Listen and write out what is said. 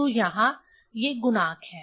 तो यहां ये गुणांक हैं